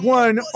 one